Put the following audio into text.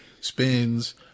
spins